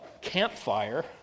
campfire